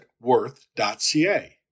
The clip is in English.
Worth.ca